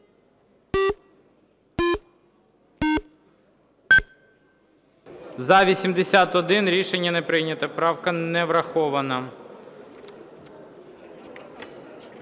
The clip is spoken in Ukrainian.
За-81 Рішення не прийнято. Правка не врахована.